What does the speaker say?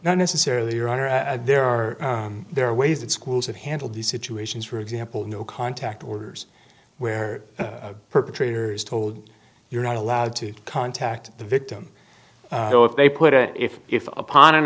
not necessarily your honor there are there are ways that schools have handled these situations for example no contact orders where a perpetrator is told you're not allowed to contact the victim so if they put it if upon an